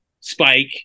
Spike